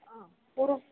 हा पूर्